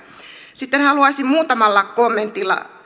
sitten haluaisin muutamalla kommentilla